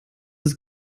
ist